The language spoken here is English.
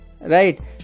right